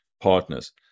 partners